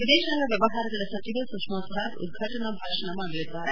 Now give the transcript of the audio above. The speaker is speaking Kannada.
ವಿದೇಶಾಂಗ ವ್ಚವಹಾರಗಳ ಸಚಿವೆ ಸುಷ್ಮಾ ಸ್ವರಾಜ್ ಉದ್ಘಾಟನಾ ಭಾಷಣ ಮಾಡಲಿದ್ದಾರೆ